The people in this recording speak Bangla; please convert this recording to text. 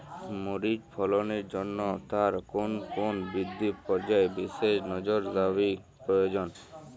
মরিচ ফলনের জন্য তার কোন কোন বৃদ্ধি পর্যায়ে বিশেষ নজরদারি প্রয়োজন?